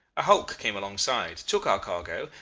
a hulk came alongside, took our cargo,